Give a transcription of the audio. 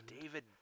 David